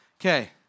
Okay